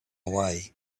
away